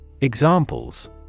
Examples